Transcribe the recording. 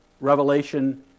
revelation